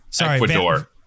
Ecuador